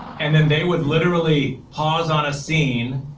and then they would literally pause on a scene,